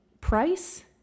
price